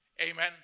Amen